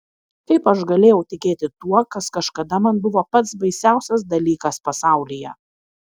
kaip aš galėjau tikėti tuo kas kažkada man buvo pats baisiausias dalykas pasaulyje